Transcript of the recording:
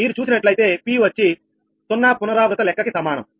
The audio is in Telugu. మీరు చూసినట్లయితే p వచ్చి 0 పునరావృత లెక్కకి సమానం